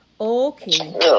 Okay